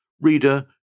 Reader